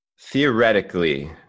Theoretically